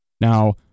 Now